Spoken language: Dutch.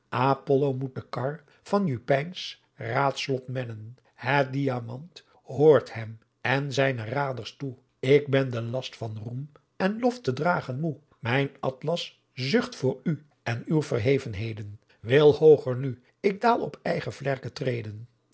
de kar van jupyns raadslot mennen het diamant hoort hem en zijne raders toe ik ben den last van roem en lof te dragen moê mijn atlas zuft voor u en uw verhevenheden wil hooger nu ik daal op eigen vlerkea treden